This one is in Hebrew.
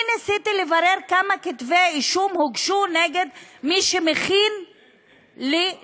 אני ניסיתי לברר כמה כתבי-אישום הוגשו נגד מי שמכין לדפוס,